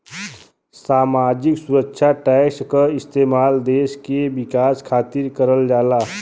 सामाजिक सुरक्षा टैक्स क इस्तेमाल देश के विकास खातिर करल जाला